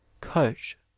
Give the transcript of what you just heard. coach